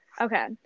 Okay